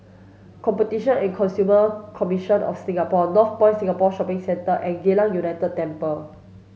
competition and Consumer Commission of Singapore Northpoint Shopping Centre and Geylang United Temple